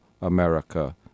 America